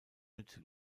mit